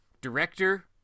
director